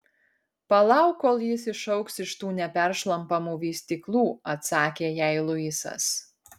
palauk kol jis išaugs iš tų neperšlampamų vystyklų atsakė jai luisas